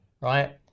right